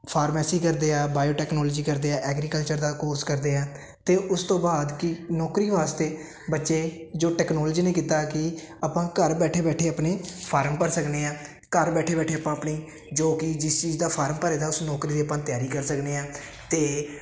pharmacy ਕਰਦੇ ਆ biotechnology ਕਰਦੇ ਆ ਐਗਰੀਕਲਚਰ ਦਾ ਕੋਰਸ ਕਰਦੇ ਹੈ ਅਤੇ ਉਸ ਤੋਂ ਬਾਅਦ ਕਿ ਨੌਕਰੀ ਵਾਸਤੇ ਬੱਚੇ ਜੋ ਟੈਕਨੋਲੋਜੀ ਨੇ ਕੀਤਾ ਕਿ ਆਪਾਂ ਘਰ ਬੈਠੇ ਬੈਠੇ ਆਪਣੇ ਫਾਰਮ ਭਰ ਸਕਦੇ ਹਾਂ ਘਰ ਬੈਠੇ ਬੈਠੇ ਆਪਾਂ ਆਪਣੀ ਜੋ ਕਿ ਜਿਸ ਚੀਜ਼ ਦਾ ਫਾਰਮ ਭਰੇ ਦਾ ਉਸ ਨੌਕਰੀ ਦੀ ਆਪਾਂ ਤਿਆਰੀ ਕਰ ਸਕਦੇ ਹਾਂ ਅਤੇ